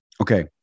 Okay